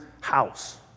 house